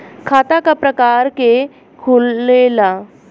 खाता क प्रकार के खुलेला?